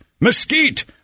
mesquite